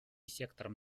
сектором